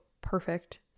perfect